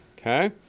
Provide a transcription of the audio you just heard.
okay